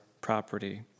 property